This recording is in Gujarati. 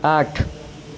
આઠ